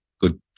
good